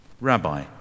Rabbi